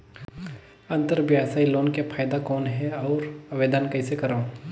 अंतरव्यवसायी लोन के फाइदा कौन हे? अउ आवेदन कइसे करव?